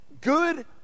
good